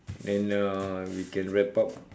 then uh we can wrap up